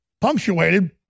punctuated